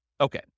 Okay